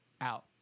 out